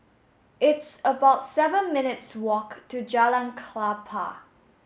it's about seven minutes' walk to Jalan Klapa